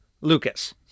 Lucas